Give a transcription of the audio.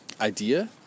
idea